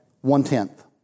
one-tenth